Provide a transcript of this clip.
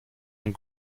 and